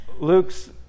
Luke's